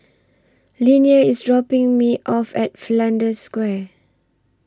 Linnea IS dropping Me off At Flanders Square